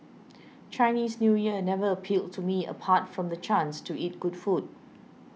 Chinese New Year never appealed to me apart from the chance to eat good food